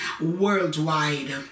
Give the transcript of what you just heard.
worldwide